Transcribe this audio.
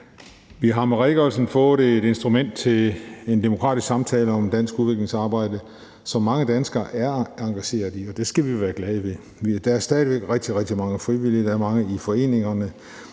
Vi har med redegørelsen fået et instrument til en demokratisk samtale om dansk udviklingssamarbejde, som mange danskere er engageret i, og det skal vi være glade ved. Der er stadig væk rigtig, rigtig